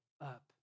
up